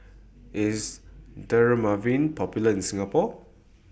IS Dermaveen Popular in Singapore